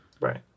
right